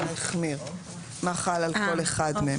מה החמיר ומה חל על כול אחד מהם.